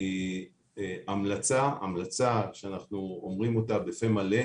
היא המלצה המלצה שאנחנו אומרים אותה בפה מלא,